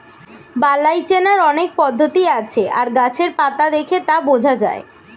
বালাই চেনার অনেক পদ্ধতি আছে আর গাছের পাতা দেখে তা বোঝা যায়